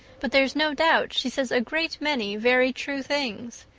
but there's no doubt she says a great many very true things.